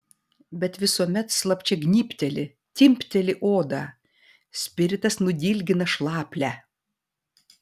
bet visuomet slapčia gnybteli timpteli odą spiritas nudilgina šlaplę